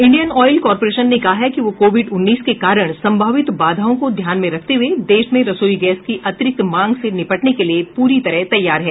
Indian oil corporation ने कहा है कि वह कोविड उन्नीस के कारण संभावित बाधाओं को ध्यान में रखते हुए देश में रसोई गैस की अतिरिक्त मांग से निपटने के लिए प्ररी तरह तैयार है